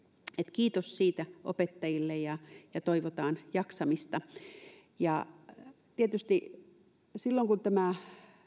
kiitos siitä opettajille ja ja toivotaan jaksamista tietysti silloin kun tämä